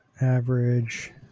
Average